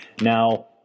Now